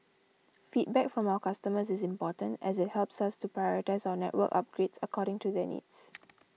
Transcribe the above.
feedback from our customers is important as it helps us to prioritise our network upgrades according to their needs